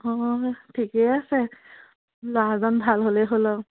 অঁ ঠিকেই আছে ল'ৰাজন ভাল হ'লেই হ'ল আৰু